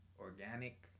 organic